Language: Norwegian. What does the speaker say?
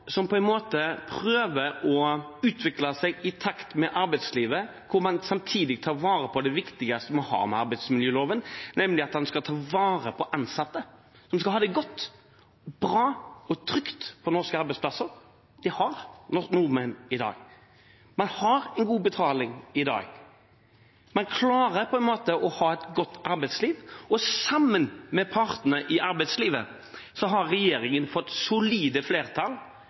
som på en måte prøver å utvikle seg i takt med arbeidslivet, hvor man samtidig tar vare på det viktigste vi har med arbeidsmiljøloven, nemlig at man skal ta vare på de ansatte, som skal ha det godt og bra og trygt på norske arbeidsplasser. Det har nordmenn i dag. Man har en god betaling i dag. Man klarer på en måte å ha et godt arbeidsliv. Og sammen med partene i arbeidslivet har regjeringen fått solide flertall